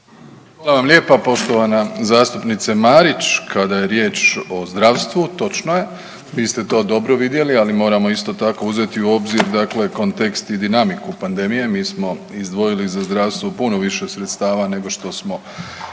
Hvala vam lijepa poštovana zastupnice Marić, kada je riječ o zdravstvu točno je, vi ste to dobro vidjeli, ali moramo isto tako uzeti u obzir dakle kontekst i dinamiku pandemije, mi smo izdvojili za zdravstvo puno više sredstava nego što smo